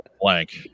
blank